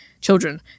children